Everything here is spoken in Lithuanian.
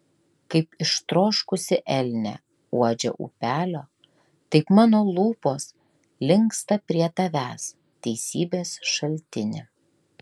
kaip ištroškusi elnė uodžia upelio taip mano lūpos linksta prie tavęs teisybės šaltini